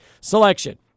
selection